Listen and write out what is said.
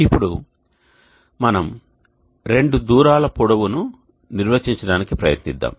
ఇప్పుడు మనం రెండు దూరాల పొడవును నిర్వచించటానికి ప్రయత్నిద్దాం